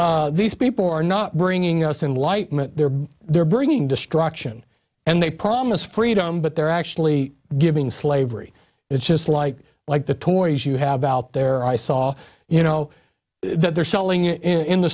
these people are not bringing us in light they're bringing destruction and they promise freedom but they're actually giving slavery it's just like like the toys you have out there i saw you know that they're selling in the